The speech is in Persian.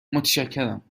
متشکرم